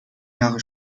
jahre